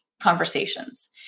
Conversations